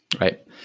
right